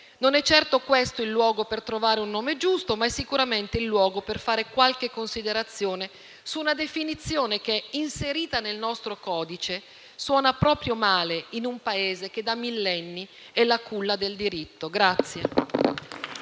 Non è certo questo il luogo per trovare un nome giusto, ma è sicuramente il luogo per fare qualche considerazione su una definizione che, inserita nel nostro codice, suona proprio male in un Paese che da millenni è la culla del diritto.